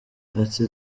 ati